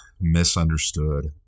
misunderstood